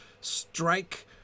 strike